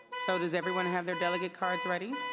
so news everyone have their delegate cards ready?